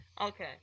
Okay